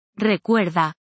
Recuerda